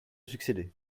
succéder